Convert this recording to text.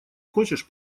хочешь